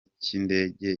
cy’indege